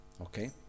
Okay